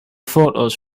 photos